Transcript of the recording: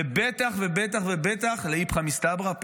ובטח ובטח לאיפכא מסתברא.